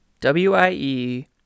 W-I-E